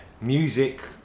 Music